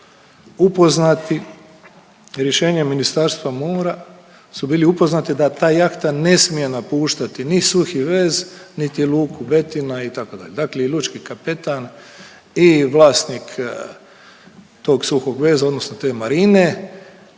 upoznati rješenjem Ministarstva mora su bili upoznati da ta jahta ne smije napuštati ni suhi vez, niti luku Betina itd. Dakle i lučki kapetan i vlasnik tog suhog veza, odnosno te marine